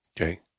Okay